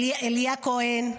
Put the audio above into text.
אליה כהן,